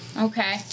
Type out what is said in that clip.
okay